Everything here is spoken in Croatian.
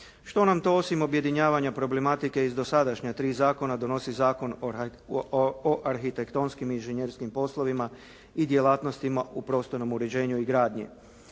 Što nam to osim objedinjavanja problematike iz dosadašnja tri zakona donosi Zakon o arhitektonskim i inženjerskim poslovima i djelatnostima u prostornom uređenju i gradnji.